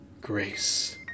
grace